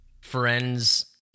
Friends